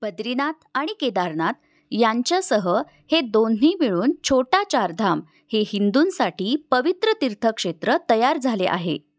बद्रीनाथ आणि केदारनाथ यांच्यासह हे दोन्ही मिळून छोटा चारधाम हे हिंदूंसाठी पवित्र तीर्थक्षेत्र तयार झाले आहे